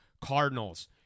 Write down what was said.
Cardinals